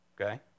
Okay